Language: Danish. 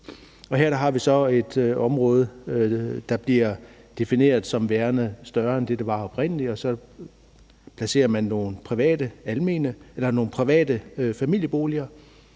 Her har vi så et område, der bliver defineret som værende større end det, det var oprindeligt, og så placerer man nogle private familieboliger